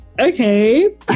okay